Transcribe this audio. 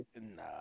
nah